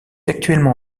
actuellement